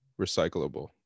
recyclable